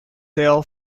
sail